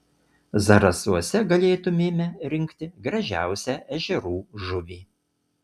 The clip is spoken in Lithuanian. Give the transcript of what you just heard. zarasuose galėtumėme rinkti gražiausią ežerų žuvį